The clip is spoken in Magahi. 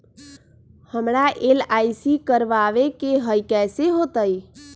हमरा एल.आई.सी करवावे के हई कैसे होतई?